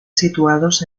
situados